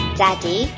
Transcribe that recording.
daddy